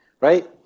right